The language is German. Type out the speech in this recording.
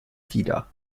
wider